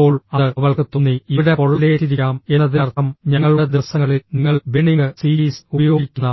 ഇപ്പോൾ അത് അവൾക്ക് തോന്നി ഇവിടെ പൊള്ളലേറ്റിരിക്കാം എന്നതിനർത്ഥം ഞങ്ങളുടെ ദിവസങ്ങളിൽ നിങ്ങൾ ബേണിംഗ് സീരീസ് ഉപയോഗിക്കുന്ന